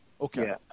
Okay